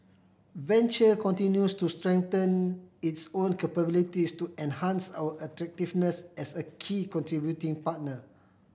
venture continues to strengthen its own capabilities to enhance our attractiveness as a key contributing partner